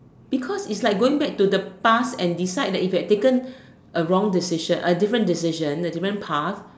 because it's like going back to the past and decide that if you had taken a wrong decision a different decision a different path